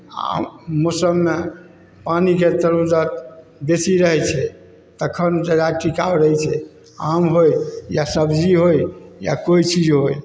आम मौसममे पानीके जरूरत बेसी रहै छै तखन जजाति टिकाउ रहै छै आम होइ या सब्जी होइ या कोइ चीज होइ